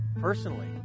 personally